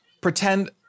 pretend